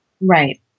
Right